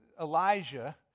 Elijah